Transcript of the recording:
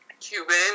Cuban